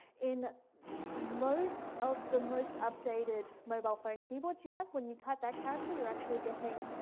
in most of the most updated mobile phone keyboards you have, when you type that character, you're actually getting